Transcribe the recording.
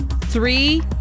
Three